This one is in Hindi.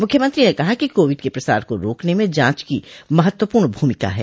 मुख्यमंत्री ने कहा कि कोविड के प्रसार को रोकने में जांच की महत्वपूर्ण भूमिका है